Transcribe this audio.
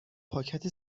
پاکت